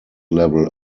level